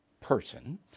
person